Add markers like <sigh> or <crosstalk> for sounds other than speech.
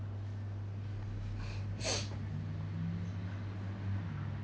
<noise>